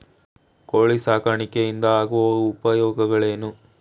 ಕೋಳಿ ಸಾಕಾಣಿಕೆಯಿಂದ ಆಗುವ ಉಪಯೋಗಗಳೇನು?